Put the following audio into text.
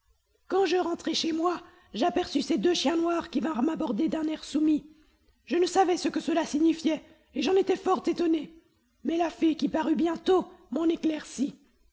quand je rentrai chez moi j'aperçus ces deux chiens noirs qui vinrent m'aborder d'un air soumis je ne savais ce que cela signifiait et j'en étais fort étonné mais la fée qui parut bientôt m'en éclaircit